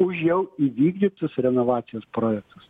už jau įvykdytus renovacijos projektus